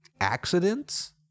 Accidents